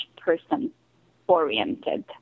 person-oriented